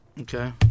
Okay